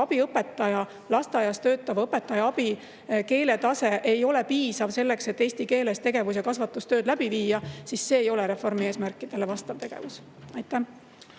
abiõpetaja, lasteaias töötava õpetaja abi keeletase ei ole piisav selleks, et eesti keeles tegevus- ja kasvatustööd läbi viia, ei ole reformi eesmärkidele vastav. Aitäh!